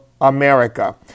America